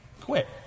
quit